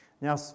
Now